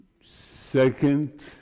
Second